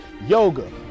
yoga